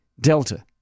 Delta